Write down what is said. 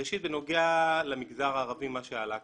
ראשית בנוגע למגזר הערבי, מה שעלה כאן.